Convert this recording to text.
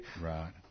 Right